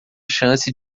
chance